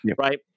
Right